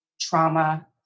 trauma